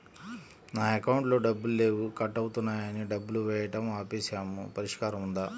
నా అకౌంట్లో డబ్బులు లేవు కట్ అవుతున్నాయని డబ్బులు వేయటం ఆపేసాము పరిష్కారం ఉందా?